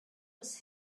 was